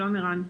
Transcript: שלום, ערן.